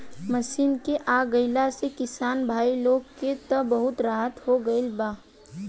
machine के आ गईला से किसान भाई लोग के त बहुत राहत हो गईल बा